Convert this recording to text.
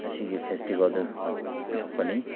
ꯑꯁꯤꯒꯤ ꯐꯦꯁꯇꯤꯕꯦꯜꯗꯨ ꯑꯣꯟꯊꯣꯛꯄꯅꯤ